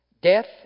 death